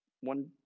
One